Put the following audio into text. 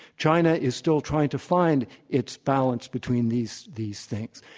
china is still trying to find its balance between these these things.